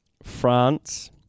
France